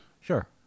Sure